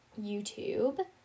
YouTube